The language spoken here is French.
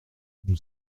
nous